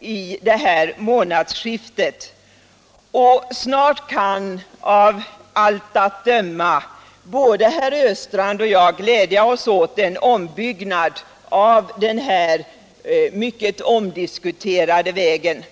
i det kommande månadsskiftet. Snart kan, av allt att döma, både herr Östrand och jag glädja oss åt en ombyggnad av den här mycket omdiskuterade vägen.